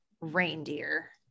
reindeer